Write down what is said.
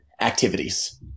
activities